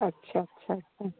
अच्छा अच्छा अच्छा